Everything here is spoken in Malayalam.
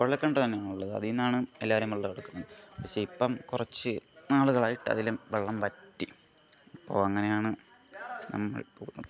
കുഴൽ കിണർ തന്നെയാണ് ഉള്ളത് അതിൽ നിന്നാണ് എല്ലാവരും വെള്ളമെടുക്കുന്നത് പക്ഷേ ഇപ്പം കുറച്ച് നാളുകളായിട്ട് അതിലും വെള്ളം വറ്റി അപ്പോൾ അങ്ങനെയാണ് നമ്മൾ പോകുന്നത്